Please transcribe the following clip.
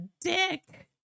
dick